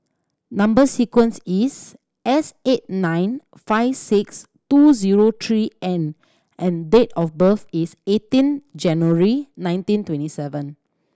number sequence is S eight nine five six two zero three N and date of birth is eighteen January nineteen twenty seven